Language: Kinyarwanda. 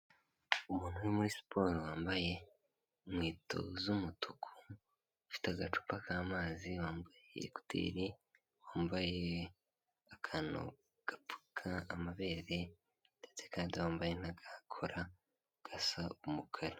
Umuntu muri siporo wambaye inkweto z'umutuku, ufite agacupa k'amazi wambaye ekuteri, wambaye akantu gapfuka amabere ndetse kandi wambaye n'agakora gasa umukara.